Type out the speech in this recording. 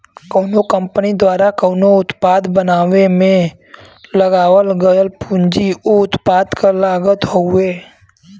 कउनो कंपनी द्वारा कउनो उत्पाद बनावे में लगावल गयल पूंजी उ उत्पाद क लागत हउवे